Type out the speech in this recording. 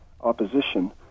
opposition